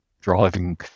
driving